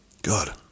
God